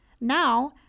Now